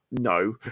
no